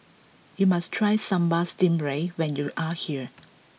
you must try Sambal Stingray when you are here